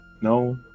No